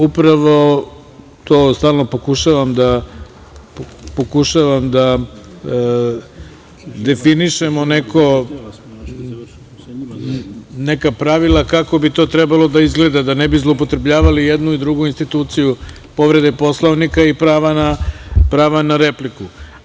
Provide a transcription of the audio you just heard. Upravo to stalno pokušavam da definišemo neka pravila kako bi to trebalo da izgleda da ne bi zloupotrebljavali jednu i drugu instituciju povrede Poslovnika i prava na repliku.